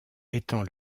étant